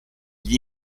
gli